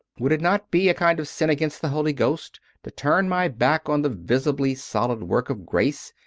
would it not be a kind of sin against the holy ghost to turn my back on the visibly solid work of grace,